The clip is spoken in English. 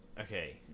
Okay